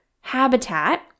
habitat